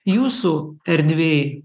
jūsų erdvėj